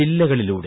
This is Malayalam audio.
ജില്ലകളിലൂടെ